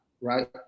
right